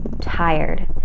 tired